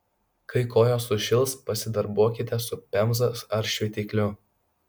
kai kojos sušils pasidarbuokite su pemza ar šveitikliu